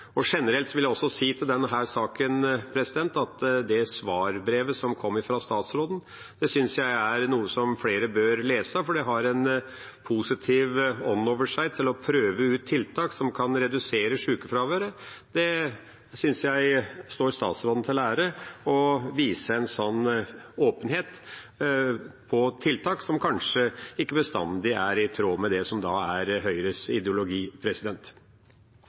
vil jeg også si til denne saken at det svarbrevet som kom fra statsråden, syns jeg flere bør lese, for det har en positiv ånd over seg til å prøve ut tiltak som kan redusere sjukefraværet. Jeg synes det tjener statsråden til ære å vise en sånn åpenhet når det gjelder tiltak som kanskje ikke bestandig er i tråd med det som er Høyres ideologi.